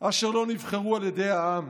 אשר לא נבחרו על ידי העם